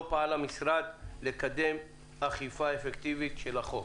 לא פעל המשרד לקדם אכיפה אפקטיבית של החוק.